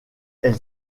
elle